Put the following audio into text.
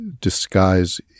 disguise